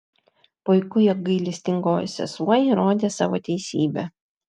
puiku jog gailestingoji sesuo įrodė savo teisybę